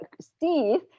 Steve